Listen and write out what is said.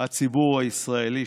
הציבור הישראלי,